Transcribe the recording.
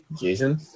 Jason